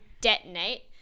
detonate